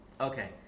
Okay